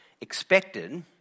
expected